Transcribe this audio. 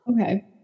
okay